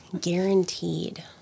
Guaranteed